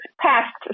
past